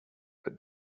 but